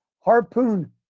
Harpoon